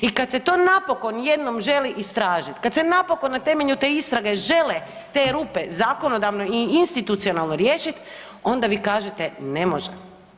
I kad se to napokon jednom želi istražiti, kad se napokon na temelju te istrage žele te rupe zakonodavno i institucionalno riješiti onda vi kažete ne može.